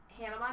Hannah